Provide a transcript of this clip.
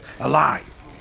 alive